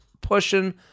pushing